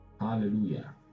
hallelujah